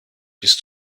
bist